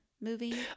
movie